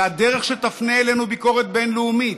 זו הדרך שתפנה אלינו ביקורת בין-לאומית,